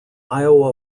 iowa